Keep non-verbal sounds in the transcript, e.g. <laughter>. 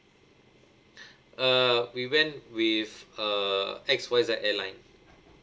<breath> err we went with err X Y Z airline